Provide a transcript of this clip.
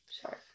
sure